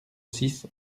six